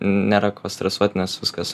nėra ko stresuot nes viskas